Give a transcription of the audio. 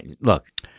Look